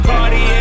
Party